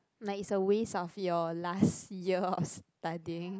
like it's a waste of your last year of studying